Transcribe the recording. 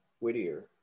Whittier